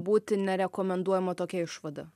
būti nerekomenduojama tokia išvada